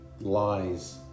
lies